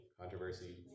controversy